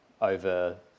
over